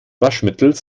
waschmittels